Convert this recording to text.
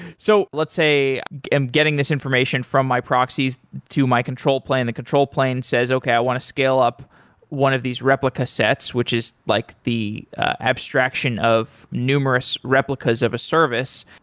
so let's say i'm getting this information from my proxies to my control plane. the control plane says, okay. i want to scale up one of these replica sets, which is like the abstraction of numerous replicas of a service.